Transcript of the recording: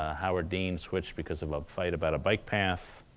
howard dean switched because of a fight about a bike path.